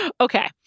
Okay